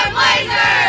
Blazers